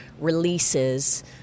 releases